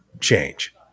change